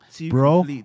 Bro